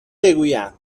بگویم